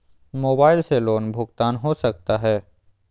Mobile से loan भुगतान हो सकता है?